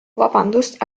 vabandust